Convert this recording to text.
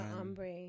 ombre